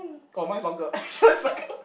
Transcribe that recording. oh mine is longer circle